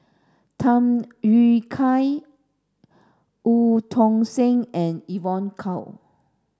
Tham Yui Kai Eu Tong Sen and Evon Kow